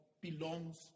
belongs